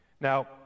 Now